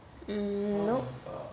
mm nope